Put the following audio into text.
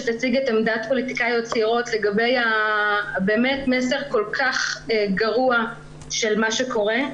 שתציג את עמדת פוליטיקאיות צעירות לגבי המסר הכול כך גרוע של מה שקורה.